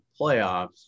playoffs